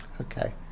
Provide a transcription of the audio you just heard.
Okay